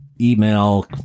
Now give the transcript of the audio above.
email